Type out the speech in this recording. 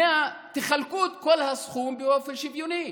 תחלקו את כל הסכום באופן שוויוני,